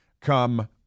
come